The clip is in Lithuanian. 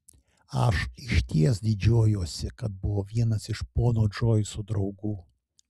aš išties didžiuojuosi kad buvau vienas iš pono džoiso draugų